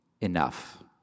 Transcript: enough